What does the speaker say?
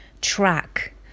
track